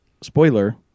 spoiler